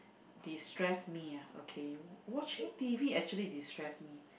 destress me ah okay watching T_V actually destress me